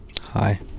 Hi